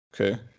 Okay